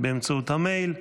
באמצעות המייל.